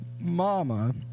Mama